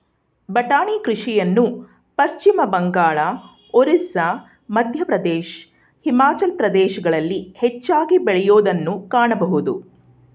ಬಟಾಣಿ ಕೃಷಿಯನ್ನು ಪಶ್ಚಿಮಬಂಗಾಳ, ಒರಿಸ್ಸಾ, ಮಧ್ಯಪ್ರದೇಶ್, ಹಿಮಾಚಲ ಪ್ರದೇಶಗಳಲ್ಲಿ ಹೆಚ್ಚಾಗಿ ಬೆಳೆಯೂದನ್ನು ಕಾಣಬೋದು